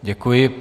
Děkuji.